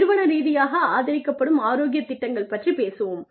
நிறுவன ரீதியாக ஆதரிக்கப்படும் ஆரோக்கிய திட்டங்கள் பற்றிப் பேசுவோம்